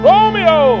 Romeo